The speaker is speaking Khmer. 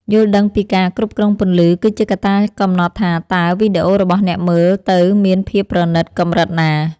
យល់ដឹងពីការគ្រប់គ្រងពន្លឺគឺជាកត្តាកំណត់ថាតើវីដេអូរបស់អ្នកមើលទៅមានភាពប្រណីតកម្រិតណា។